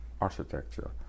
architecture